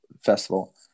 festival